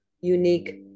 unique